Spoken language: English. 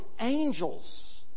angels